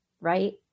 right